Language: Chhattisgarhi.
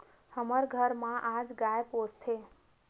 हर घर म आज गाय पोसथे